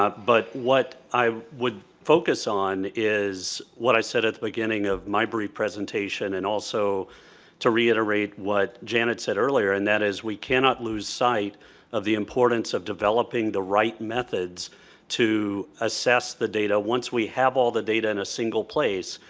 but but what i would focus on is what i said at the beginning of my presentation and also to reiterate what janet said earlier and that is we cannot lose sight of the importance of developing the right methods to assess the data once we have all the data in a single place,